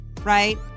right